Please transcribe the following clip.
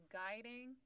guiding